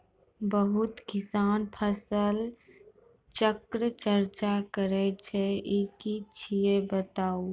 बहुत किसान फसल चक्रक चर्चा करै छै ई की छियै बताऊ?